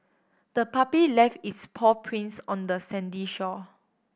the puppy left its paw prints on the sandy shore